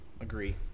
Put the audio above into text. agree